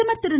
பிரதமர் திரு